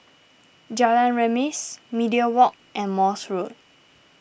Jalan Remis Media Walk and Morse Road